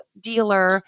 dealer